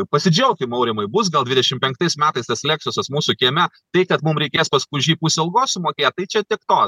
pasidžiaukim aurimai bus gal dvidešim penktais metais tas leksusas mūsų kieme tai kad mum reikės paskui už jį pusę algos sumokėt tai čia tiek to